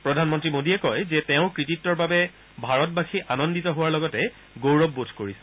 প্ৰধানমন্ত্ৰী মোদীয়ে কয় যে তেওঁৰ কৃতিত্বৰ বাবে ভাৰতবাসী আনন্দিত হোৱাৰ লগতে গৌৰৱবোধ কৰিছে